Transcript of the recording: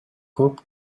көп